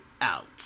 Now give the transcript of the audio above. out